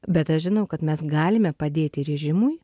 bet aš žinau kad mes galime padėti režimui